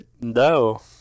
No